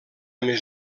més